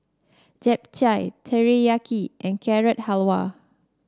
Japchae Teriyaki and Carrot Halwa